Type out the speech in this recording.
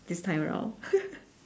this time around